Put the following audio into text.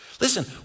Listen